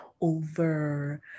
over